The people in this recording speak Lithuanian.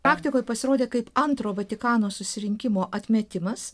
praktikoje pasirodė kaip antro vatikano susirinkimo atmetimas